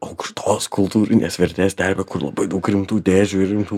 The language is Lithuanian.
aukštos kultūrinės vertės stebi kur labai daug rimtų dėdžių ir rimtų